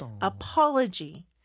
Apology